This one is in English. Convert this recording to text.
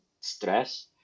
stress